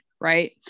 right